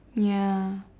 ya